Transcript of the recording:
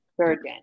surgeon